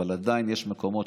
אבל עדיין יש מקומות